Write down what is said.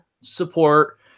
support